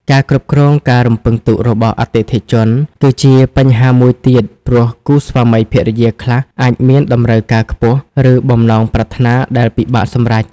ការ គ្រប់គ្រងការរំពឹងទុករបស់អតិថិជន គឺជាបញ្ហាមួយទៀត ព្រោះគូស្វាមីភរិយាខ្លះអាចមានតម្រូវការខ្ពស់ ឬបំណងប្រាថ្នាដែលពិបាកសម្រេច។